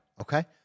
Okay